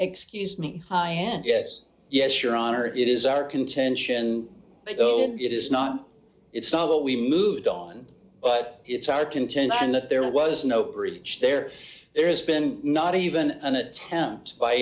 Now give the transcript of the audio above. excuse me i hand yes yes your honor it is our contention but it is not it's not what we moved on but it's our content and that there was no breach there there has been not even an attempt by